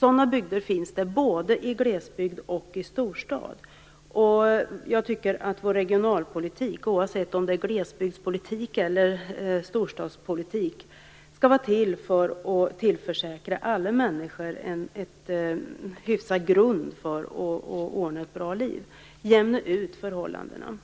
Sådana bygder finns det både i glesbygd och i storstad. Jag tycker att vår regionalpolitik, oavsett om det är glesbygdspolitik eller storstadspolitik, skall vara till för att tillförsäkra alla människor en hyfsad grund för att ordna ett bra liv, för att jämna ut förhållandena.